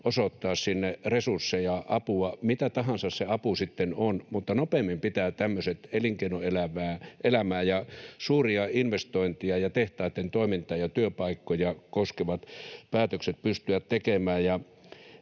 osoittaa sinne resursseja ja apua, mitä tahansa se apu sitten on, mutta nopeammin pitää tämmöiset elinkeinoelämää ja suuria investointeja ja tehtaitten toimintaa ja työpaikkoja koskevat päätökset pystyä tekemään.